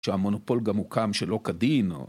שהמונופול גם הוקם שלא כדין